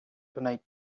tonight